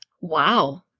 Wow